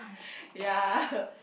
ya